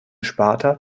sparta